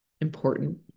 important